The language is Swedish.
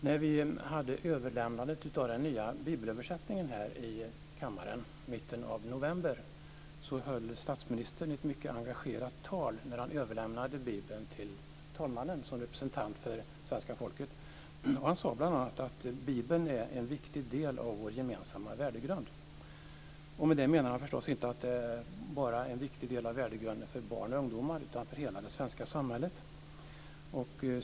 När vi hade överlämnandet av den nya bibelöversättningen här i kammaren i mitten av november höll statsministern ett mycket engagerat tal när han överlämnade Bibeln till talmannen som representant för svenska folket. Han sade bl.a. att Bibeln är en viktig del av vår gemensamma värdegrund. Och med det menar han förstås inte att det bara är en viktig del av värdegrunden för barn och ungdomar utan för hela det svenska samhället.